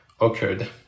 occurred